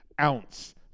ounce